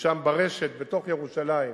ומשם ברשת בתוך ירושלים,